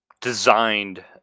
designed